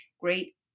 great